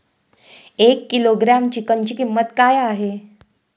एक किलोग्रॅम चिकनची किंमत काय आहे?